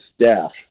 staff